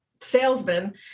salesman